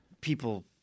People